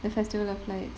the festival of lights